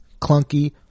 Clunky